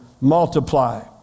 multiply